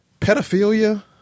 Pedophilia